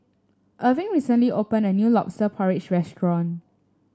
Erving recently opened a new lobster porridge restaurant